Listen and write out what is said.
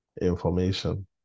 information